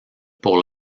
pour